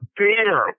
beer